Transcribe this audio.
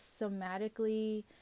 somatically